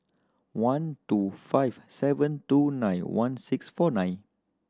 one two five seven two nine one six four nine